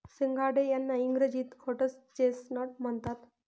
सिंघाडे यांना इंग्रजीत व्होटर्स चेस्टनट म्हणतात